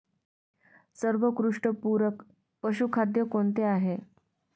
सर्वोत्कृष्ट पूरक पशुखाद्य कोणते आहे?